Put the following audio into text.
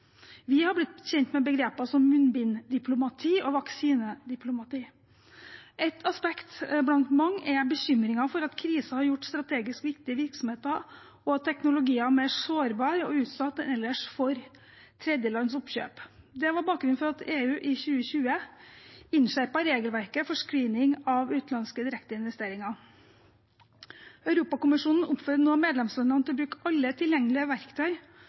Vi har blitt kjent med begreper som munnbinddiplomati og vaksinediplomati. Et aspekt blant mange er bekymringen for at krisen har gjort strategisk viktige virksomheter og teknologier mer sårbare og utsatt enn ellers for tredjelandsoppkjøp. Det var bakgrunnen for at EU i 2020 innskjerpet regelverket for screening av utenlandske direkteinvesteringer. Europakommisjonen oppfordrer nå medlemslandene til å bruke alle tilgjengelige verktøy